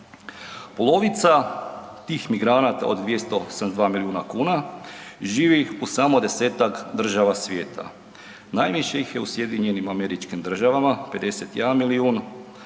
Polovica tih migranata od 272 milijuna kuna živi u samo 10-ak država svijeta. Najviše ih je u SAD-u, 51 milijun,